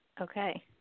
Okay